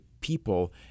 people